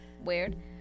Weird